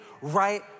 right